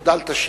עוד אל תשיב,